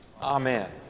Amen